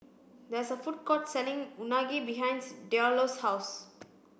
there is a food court selling Unagi behind Diallo's house